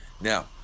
Now